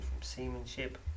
seamanship